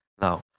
Now